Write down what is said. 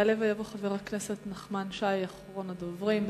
יעלה ויבוא חבר הכנסת נחמן שי, אחרון הדוברים.